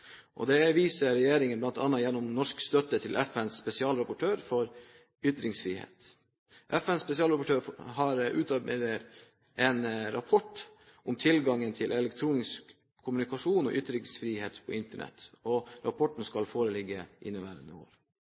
Det viser regjeringen bl.a. gjennom norsk støtte til FNs spesialrapportør for ytringsfrihet. FNs spesialrapportør utarbeider nå en rapport om tilgangen til elektronisk kommunikasjon og ytringsfrihet på Internett. Rapporten skal foreligge inneværende år.